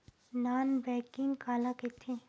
Non banking काला कइथे?